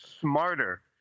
smarter